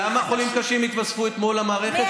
כמה חולים קשים התווספו אתמול למערכת?